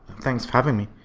thanks for having me.